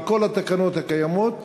על כל התקנות הקיימות,